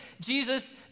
Jesus